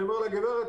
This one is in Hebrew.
אני אומר לה: גברת,